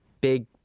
big